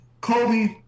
Kobe